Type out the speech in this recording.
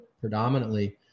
predominantly